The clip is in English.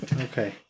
Okay